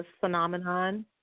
phenomenon